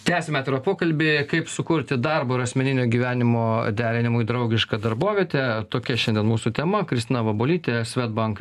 tęsiam atvirą pokalbį kaip sukurti darbo ir asmeninio gyvenimo derinimui draugišką darbovietę tokia šiandien mūsų tema kristina vabolytė swedbank